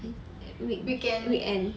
eh week weekend